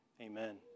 amen